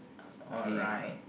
alright